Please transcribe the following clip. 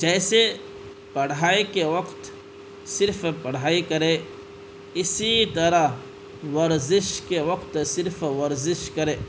جیسے پڑھائی کے وقت صرف پڑھائی کرے اسی طرح ورزش کے وقت صرف ورزش کرے